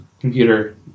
computer